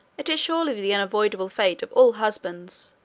it is surely the unavoidable fate of all husbands,